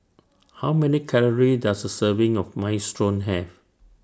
How Many Calories Does A Serving of Minestrone Have